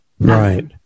Right